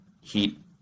heat